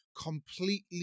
completely